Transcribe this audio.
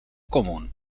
común